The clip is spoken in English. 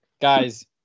Guys